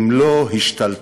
אם לא השתלטות